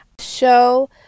show